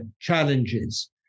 challenges